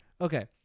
Okay